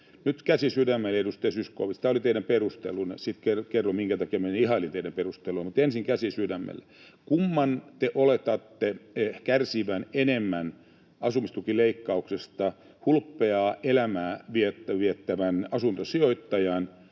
Nyt käsi sydämelle, edustaja Zyskowicz — tämä oli teidän perustelunne, ja sitten kerron, minkä takia minä ihailin teidän perusteluanne — ensin käsi sydämelle: kumman te oletatte kärsivän enemmän asumistukileikkauksesta, hulppeaa elämää viettävän asuntosijoittajan